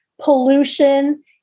pollution